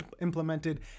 implemented